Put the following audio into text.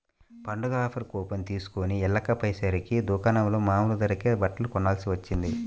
పండగ offer coupon తీస్కొని వెళ్ళకపొయ్యేసరికి దుకాణంలో మామూలు ధరకే బట్టలు కొనాల్సి వచ్చింది